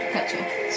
Gotcha